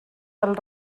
del